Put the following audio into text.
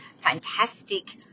fantastic